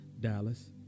Dallas